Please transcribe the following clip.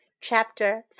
Chapter